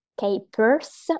capers